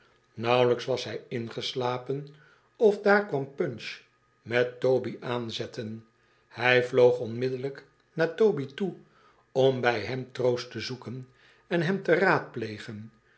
nauwelijks was hij ingeslapen of daar kwam punch met toby aanzetten hij vloog onmiddellijk naar toby toe om bij hem troost te zoeken en hem te raadplegen